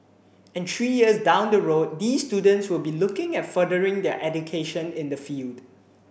and three years down the road these students will be looking at furthering their education in the field